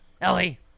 Ellie